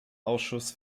ausschuss